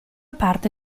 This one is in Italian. parte